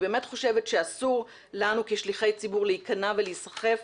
אני באמת חושבת שאסור לנו כשליחי ציבור להיכנע ולהיסחף